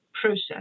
process